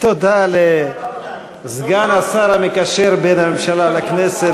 תודה לסגן השר המקשר בין הממשלה לכנסת,